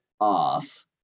off